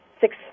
six